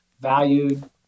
valued